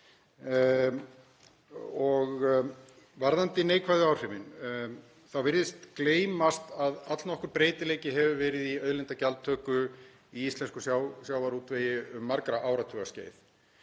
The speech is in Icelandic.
Varðandi neikvæðu áhrifin þá virðist gleymast að allnokkur breytileiki hefur verið í auðlindagjaldtöku í íslenskum sjávarútvegi um margra áratuga skeið.